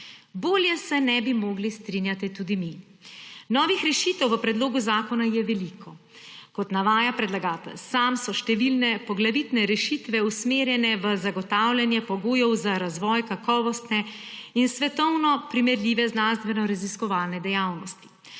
Bolje se ne bi mogli strinjati tudi mi. Novih rešitev v predlogu zakona je veliko. Kot navaja predlagatelj sam, so številne poglavitne rešitve usmerjene v zagotavljanje pogojev za razvoj kakovostne in svetovno primerljive znanstvenoraziskovalne dejavnosti.